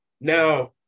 Now